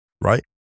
right